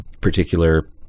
particular